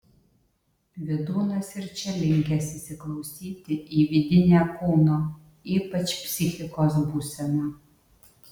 vydūnas ir čia linkęs įsiklausyti į vidinę kūno ypač psichikos būseną